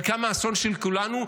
חלקם האסון של כולנו.